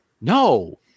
No